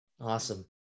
Awesome